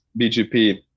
BGP